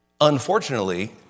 Unfortunately